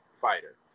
fighter